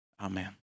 Amen